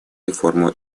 реформу